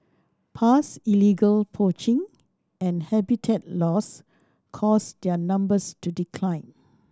past illegal poaching and habitat loss caused their numbers to decline